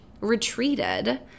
retreated